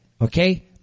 okay